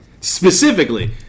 Specifically